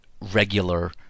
regular